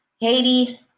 Haiti